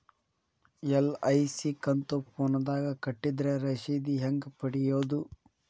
LIC ಕಂತು ಫೋನದಾಗ ಕಟ್ಟಿದ್ರ ರಶೇದಿ ಹೆಂಗ್ ಪಡೆಯೋದು?